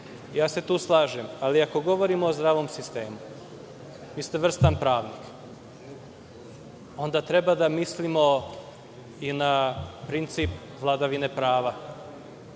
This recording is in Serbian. Tu se slažem,a li ako govorimo o zdravom sistemu, vi ste vrstan pravnik, onda treba da mislimo i na princip vladavine prava,